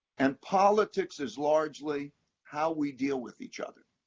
and politics is largely how we deal with each other.